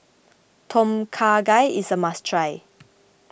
Tom Kha Gai is a must try